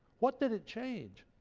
what did it change?